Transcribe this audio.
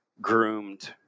groomed